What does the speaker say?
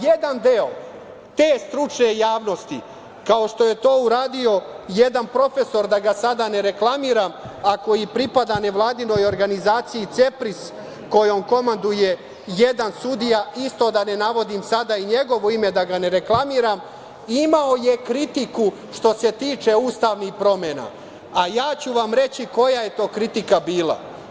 Jedan deo te stručne javnosti, kao što je to uradio jedan profesor, da ga sada ne reklamiram, ako i pripada nevladinoj organizaciji CEPRIS, kojom komanduje jedan sudija, isto da ne navodim sada i njegovo ime, da ga ne reklamiram, imao je kritiku što se tiče ustavnih promena, a ja ću vam reći koja je to kritika bila.